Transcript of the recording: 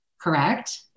Correct